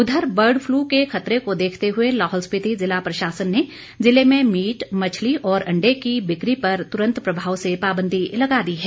उधर bird flu के खतरे को देखते हुए लाहौल स्पीति प्रशासन ने ज़िले में मीट मछली और अंडे की बिक्री पर तुरंत प्रभाव से पाबंदी लगा दी है